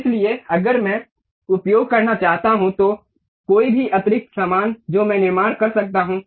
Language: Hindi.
इसलिए अगर मैं उपयोग करना चाहता हूं तो कोई भी अतिरिक्त सामान जो मैं निर्माण कर सकता हूं